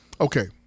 Okay